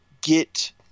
get